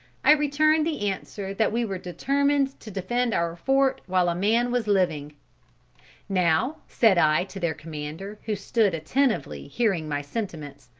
i returned the answer that we were determined to defend our fort while a man was living now, said i to their commander who stood attentively hearing my sentiments,